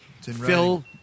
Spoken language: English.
Phil